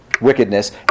wickedness